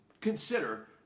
Consider